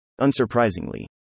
Unsurprisingly